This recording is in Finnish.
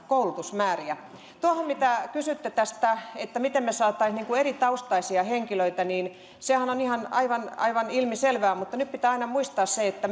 koulutusmääriä tuohon mitä kysyitte tästä miten me saisimme eritaustaisia henkilöitä niin sehän on aivan aivan ilmiselvää mutta nyt pitää aina muistaa se että